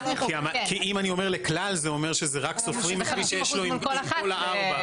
כי אם אני אומר לכלל זה אומר שרק סופרים את מי שיש לו עם כל הארבע.